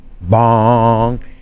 bong